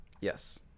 Yes